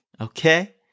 Okay